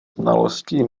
znalostí